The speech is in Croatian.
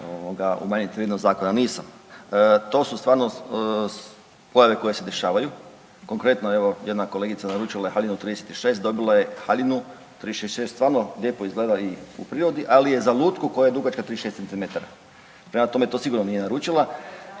umanjiti vrijednost zakona. Nisam. To su stvarno pojave koje se dešavaju. Konkretno evo jedna kolegica naručila je haljinu 36, dobila je haljinu 36, stvarno lijepo izgleda i u prirodi, ali je za lutku koja je dugačka 36 centimetara. Prema tome, to sigurno nije naručila…/Upadica